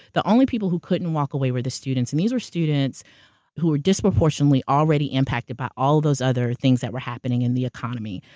the only people who couldn't walk away were the students, and these were students who are disproportionately already impacted by all of those other things that were happening in the economy.